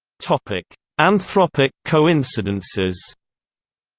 anthropic anthropic coincidences